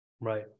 right